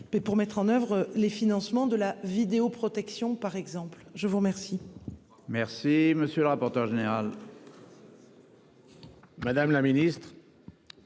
Mais pour mettre en oeuvre les financements de la vidéoprotection. Par exemple, je vous remercie. Merci monsieur le rapporteur général. Francis. Madame la Ministre.